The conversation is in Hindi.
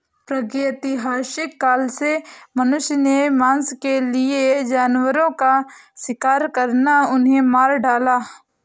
प्रागैतिहासिक काल से मनुष्य ने मांस के लिए जानवरों का शिकार किया, उन्हें मार डाला